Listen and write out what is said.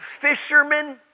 fishermen